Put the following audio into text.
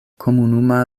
komunuma